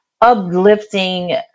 uplifting